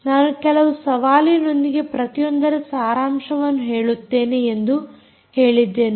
ನಾನು ಕೆಲವು ಸವಾಲಿನೊಂದಿಗೆ ಪ್ರತಿಯೊಂದರ ಸಾರಾಂಶವನ್ನು ಹೇಳುತ್ತೇನೆ ಎಂದು ಹೇಳಿದ್ದೆನು